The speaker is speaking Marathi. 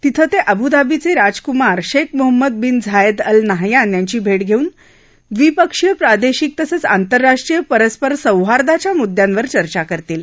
तिथं त अबुधाबीच राजकुमार शख् मोहम्मद बीन झायद्वअल नाहयान यांची भटघस्तिन द्विपक्षीय प्रादशिक तसंच आंतरराष्ट्रीय परस्पर सौहार्दाच्या मुद्यांवर चर्चा करतील